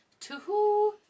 two